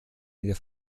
wieder